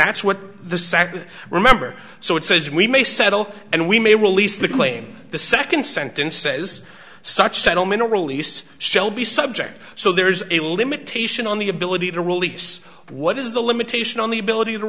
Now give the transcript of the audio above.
that's what the sec remember so it says we may settle and we may release the claim the second sentence says such settlement or release shelby subject so there is a limitation on the ability to release what is the limitation on the ability